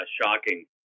shocking